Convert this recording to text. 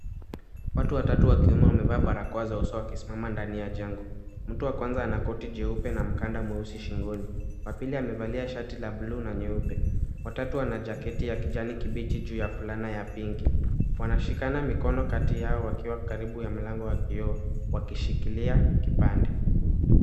Watu watatu wa kiume wamevaa barakoa za uso wakisimama ndani ya jengo. Mtu wa kwanza ana koti jeupe na mkanda mweusi shingoni. Wa pili amevalia shati la buluu na nyeupe. Wa tatu ana [c]jaketi [c]ya kiijani kibichi juu ya fulana ya [c]pinkie[c]. Wanashikana mikono kati yao wakiwa karibu na mlango wa kioo wakishikilia kipande.